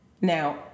Now